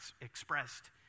expressed